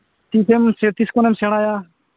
ᱛᱤᱥᱮᱢ ᱥᱮ ᱛᱤᱥ ᱠᱷᱚᱱᱮᱢ ᱥᱮᱬᱟᱭᱟ